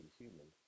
human